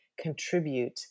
contribute